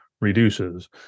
reduces